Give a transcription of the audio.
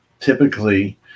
typically